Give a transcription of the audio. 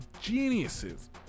geniuses